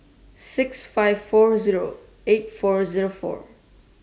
six five four Zero eight four Zero four